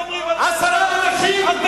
עשרה אנשים קיפחו את חייהם.